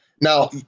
Now